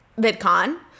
VidCon